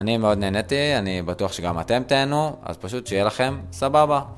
אני מאוד נהניתי, אני בטוח שגם אתם תהנו, אז פשוט שיהיה לכם סבבה.